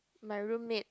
my room mate